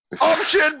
Option